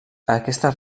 aquestes